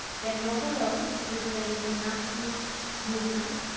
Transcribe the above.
they're not alone, this is an international movement,